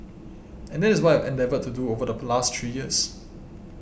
and that is what I've endeavoured to do over the last three years